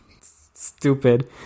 stupid